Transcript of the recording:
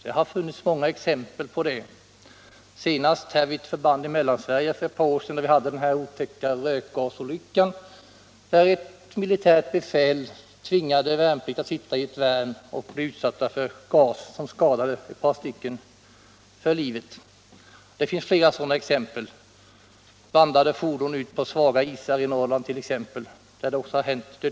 Det har funnits många exempel på det. Vid ett förband i Mellansverige hade vi för några år sedan en otäck rökgasolycka. Ett militärt befäl tvingade värnpliktiga att sitta i ett värn och bli utsatta för gas, som skadade ett par av dem för livet. Det har också hänt att bandade fordon körts ut på svaga isar i Norrland, varvid dödsolyckor har inträffat.